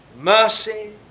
Mercy